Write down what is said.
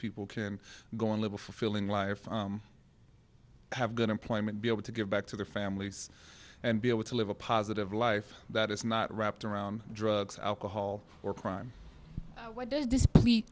people can go and live a fulfilling life have good employment be able to give back to their families and be able to live a positive life that is not wrapped around drugs alcohol or crime what d